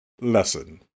Lesson